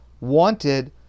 wanted